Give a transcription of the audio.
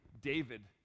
David